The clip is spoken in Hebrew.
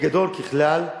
בגדול, ככלל,